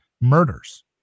murders